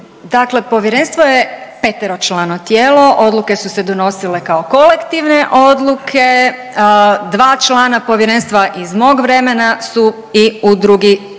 Dakle, povjerenstvo je peteročlano tijelo, odluke su se donosile kao kolektivne odluke. Dva člana povjerenstva iz mog vremena su i u drugi saziv